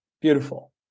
Beautiful